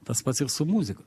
tas pats ir su muzika